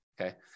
okay